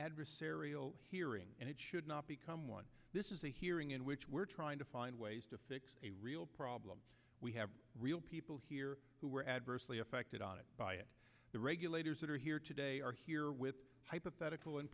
adversarial hearing and it should not become one this is a hearing in which we're trying to find ways to fix a real problem we have real people here who were adversely affected on it by the regulators that are here today are here with hypothetical